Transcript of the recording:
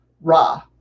Ra